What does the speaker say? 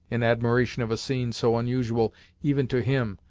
in admiration of a scene so unusual even to him,